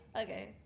Okay